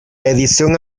edición